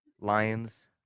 Lions